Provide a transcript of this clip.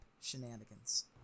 shenanigans